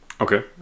Okay